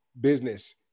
Business